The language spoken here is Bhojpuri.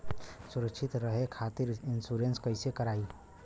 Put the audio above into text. सुरक्षित रहे खातीर इन्शुरन्स कईसे करायी?